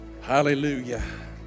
Hallelujah